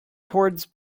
towards